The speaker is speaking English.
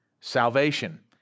salvation